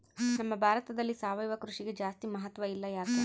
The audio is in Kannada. ನಮ್ಮ ಭಾರತದಲ್ಲಿ ಸಾವಯವ ಕೃಷಿಗೆ ಜಾಸ್ತಿ ಮಹತ್ವ ಇಲ್ಲ ಯಾಕೆ?